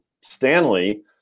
Stanley